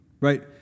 right